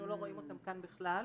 אנחנו לא רואים אותם כאן בכלל.